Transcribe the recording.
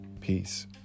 peace